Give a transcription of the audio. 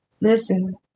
listen